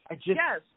Yes